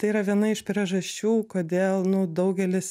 tai yra viena iš priežasčių kodėl nu daugelis